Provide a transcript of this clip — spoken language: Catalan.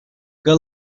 que